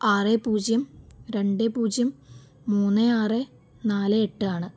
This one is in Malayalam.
ആറ് പൂജ്യം രണ്ട് പൂജ്യം മൂന്ന് ആറ് നാല് എട്ട് ആണ്